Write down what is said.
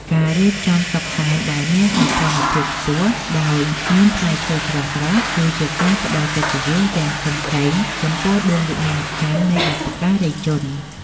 ការរៀបចំតុសែនដែលមានសោភ័ណភាពខ្ពស់ដោយមានផ្លែឈើស្រស់ៗ គឺជាការផ្តល់កិត្តិយសយ៉ាងធំធេងចំពោះដួងវិញ្ញាណក្ខន្ធនៃបុព្វការីជន។